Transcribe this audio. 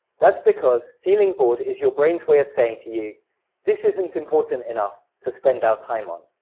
that's because feeling bored is your brain's way of saying to you this isn't important enough to spend our time on!